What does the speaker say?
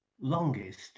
longest